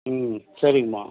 ம் சரிங்கம்மா